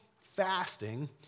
fasting